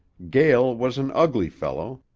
gael was an ugly fellow,